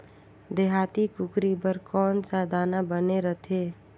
देहाती कुकरी बर कौन सा दाना बने रथे?